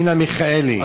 אינה מיכאלי,